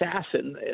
Assassin